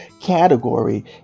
category